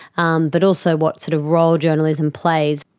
um but also what sort of role journalism plays.